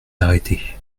arrêter